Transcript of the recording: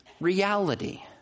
reality